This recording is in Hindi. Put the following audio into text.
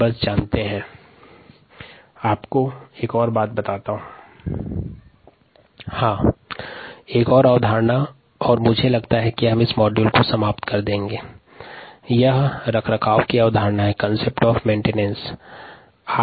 स्लाइड समय देखें 3319 कोशिका के कॉन्सेप्ट ऑफ़ मेंटेनेंस या रखरखाव की अवधारणा स्लाइड समय देखें 3319 में प्रदर्शित है